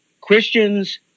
Christians